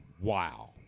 Wow